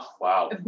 wow